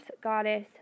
goddess